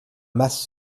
masse